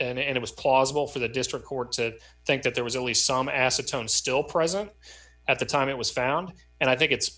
fair and it was plausible for the district court to think that there was only some acetone still present at the time it was found and i think it's